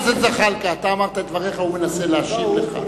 אתה אמרת את דבריך, והוא מנסה להשיב לך.